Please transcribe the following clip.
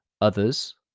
others